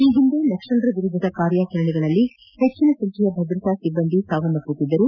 ಈ ಹಿಂದೆ ನಕ್ಲಲರ ವಿರುದ್ದದ ಕಾರ್ಯಾಚರಣೆಗಳಲ್ಲಿ ಹೆಚ್ಚಿನ ಸಂಖ್ಯೆಯ ಭದ್ರತಾ ಸಿಬ್ಬಂದಿ ಸಾವನ್ನಪ್ಪುತ್ತಿದ್ದರು